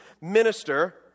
minister